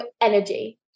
energy